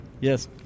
Yes